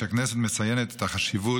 שבו הכנסת מציינת את חשיבות